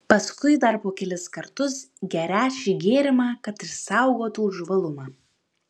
paskui dar po kelis kartus gerią šį gėrimą kad išsaugotų žvalumą